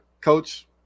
Coach